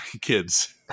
kids